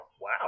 wow